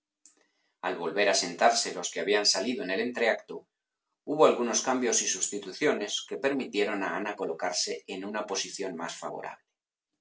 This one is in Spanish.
al volver a sentarse los que habían salido en el entreacto hubo algunos cambios y substituciones que permitieron a ana colocarse en una posición más